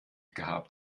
gehabt